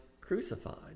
crucified